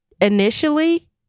initially